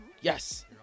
Yes